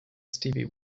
steve